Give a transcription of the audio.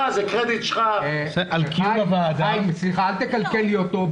אל תקלקל לי אותו.